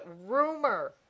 Rumor